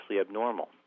abnormal